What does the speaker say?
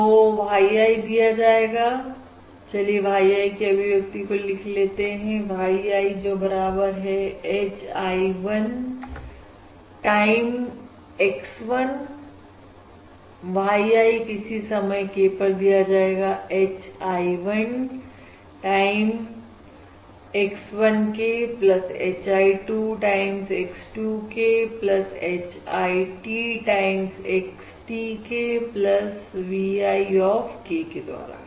तो yi दिया जाएगा चलिए yi की अभिव्यक्ति को लिख लेते हैं y i जो बराबर है hi 1 टाइम x 1 yi किसी समय k पर दिया जाएगा hi1 time x1 k hi2 time x 2k h i t time x t k v i of kके द्वारा